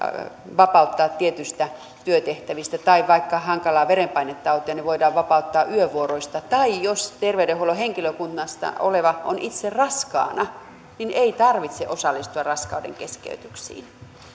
vapauttaa tietyistä työtehtävistä tai vaikka hankalaa verenpainetautia niin voidaan vapauttaa yövuoroista tai jos ter veydenhuollon henkilökunnassa oleva on itse raskaana niin ei tarvitse osallistua raskaudenkeskeytyksiin että